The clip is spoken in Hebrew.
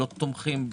לא תומכים,